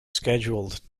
scheduled